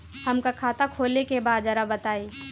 हमका खाता खोले के बा जरा बताई?